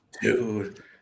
Dude